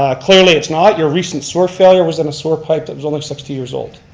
ah clearly it's not, your recent sewer failure was in a sewer pipe that was only sixty years old.